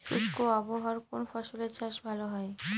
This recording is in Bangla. শুষ্ক আবহাওয়ায় কোন ফসলের চাষ ভালো হয়?